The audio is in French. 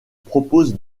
propose